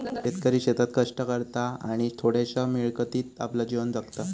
शेतकरी शेतात कष्ट करता आणि थोड्याशा मिळकतीत आपला जीवन जगता